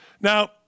Now